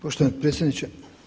Poštovani predsjedniče.